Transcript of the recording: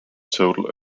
total